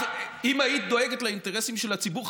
אם היית דואגת לאינטרסים של הציבור,